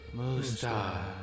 Musta